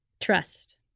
Trust